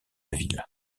ville